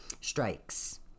strikes